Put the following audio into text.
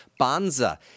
banza